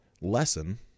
lesson